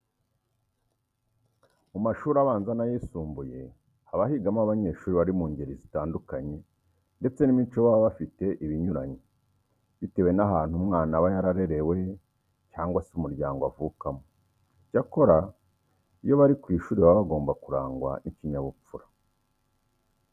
Mu mashuri abanza n'ayisumbuye haba higamo abanyeshuri bari mu ngeri zitandukanye ndetse n'imico baba bafite iba inyuranye bitewe n'ahantu umwana aba yararerewe cyangwa se umuryango avukamo. Icyakora, iyo bari ku ishuri baba bagomba kurangwa n'ikinyabupfura.